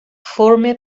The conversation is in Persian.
فرم